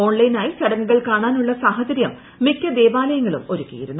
on ലൈനായി ചടങ്ങുകൾ കാണാനുള്ള സാഹചര്യം മിക്കൂദേവാലയങ്ങളും ഒരുക്കിയിരുന്നു